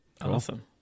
Awesome